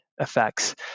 effects